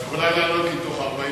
אני אומר לך שאף